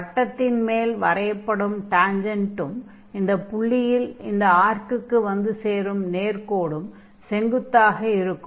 வட்டத்தின் மேல் வரையப்படும் டான்ஜன்ட்டும் இந்தப் புள்ளியில் இந்த ஆர்க்குக்கு வந்து சேரும் நேர்க்கொடும் செங்குத்தாக இருக்கும்